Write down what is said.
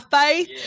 faith